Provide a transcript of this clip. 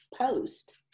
post